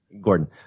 Gordon